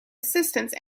assistance